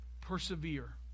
Persevere